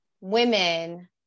women